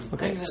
Okay